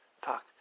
fuck